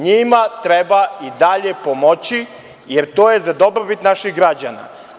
Njima treba i dalje pomoći, jer to je za dobrobit naših građana.